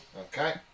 Okay